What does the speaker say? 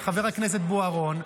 של חבר הכנסת בוארון.